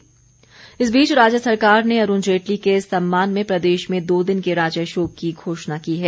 राज्य शोक इस बीच राज्य सरकार ने अरूण जेटली के सम्मान में प्रदेश में दो दिन के राज्य शोक की घोषणा की है